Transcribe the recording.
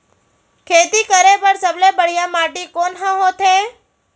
खेती करे बर सबले बढ़िया माटी कोन हा होथे?